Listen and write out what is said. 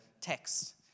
text